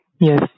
Yes